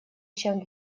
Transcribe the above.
чем